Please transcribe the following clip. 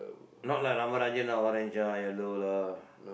not like Ramarajan ah orange ah yellow lah